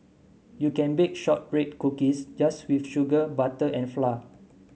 you can bake shortbread cookies just with sugar butter and flour